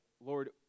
Lord